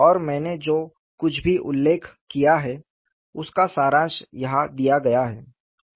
और मैंने जो कुछ भी उल्लेख किया है उसका सारांश यहाँ दिया गया है